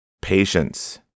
Patience